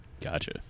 Gotcha